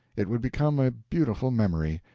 it would become a beautiful memory.